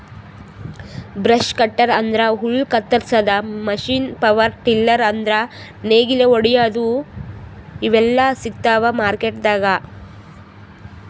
brush cutter ಅಂದ್ರ ಹುಲ್ಲ್ ಕತ್ತರಸಾದ್ ಮಷೀನ್ ಪವರ್ ಟಿಲ್ಲರ್ ಅಂದ್ರ್ ನೇಗಿಲ್ ಹೊಡ್ಯಾದು ಇವೆಲ್ಲಾ ಸಿಗ್ತಾವ್ ಮಾರ್ಕೆಟ್ದಾಗ್